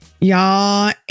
Y'all